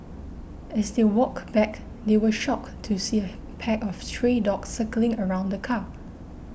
as they walked back they were shocked to see a pack of stray dogs circling around the car